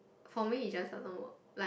for me it just doesn't work like